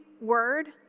word